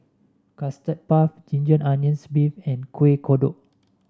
Custard Puff Ginger Onions beef and Kueh Kodok